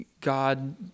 God